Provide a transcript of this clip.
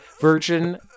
virgin